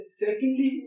secondly